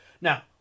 Now